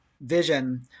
vision